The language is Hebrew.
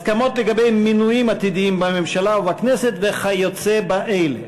הסכמות לגבי מינויים עתידיים בממשלה ובכנסת וכיוצא באלה.